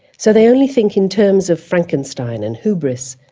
so they only think in terms of frankenstein and hubris.